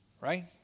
Right